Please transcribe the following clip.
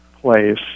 place